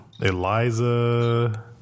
Eliza